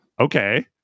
okay